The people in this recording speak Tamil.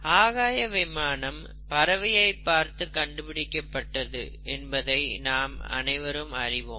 ஆகாய விமானம் பறவையைப் பார்த்து கண்டுபிடிக்கப்பட்டது என்பதை நாம் அனைவரும் அறிவோம்